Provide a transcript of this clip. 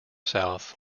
south